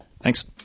Thanks